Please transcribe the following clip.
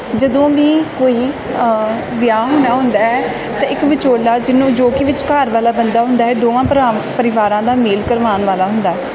ਜਦੋਂ ਵੀ ਕੋਈ ਵਿਆਹ ਹੋਣਾ ਹੁੰਦਾ ਹੈ ਅਤੇ ਇੱਕ ਵਿਚੋਲਾ ਜਿਹਨੂੰ ਜੋ ਕਿ ਵਿਚਕਾਰ ਵਾਲਾ ਬੰਦਾ ਹੁੰਦਾ ਹੈ ਦੋਵਾਂ ਭਰਾ ਪਰਿਵਾਰਾਂ ਦਾ ਮੇਲ ਕਰਵਾਉਣ ਵਾਲਾ ਹੁੰਦਾ